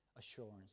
assurance